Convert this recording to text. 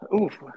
Oof